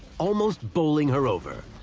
almost bowling her over.